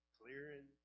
clearing